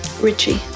Richie